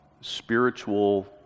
spiritual